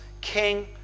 King